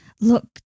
look